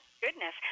Goodness